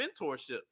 mentorship